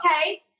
okay